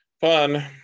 Fun